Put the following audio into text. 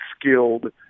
skilled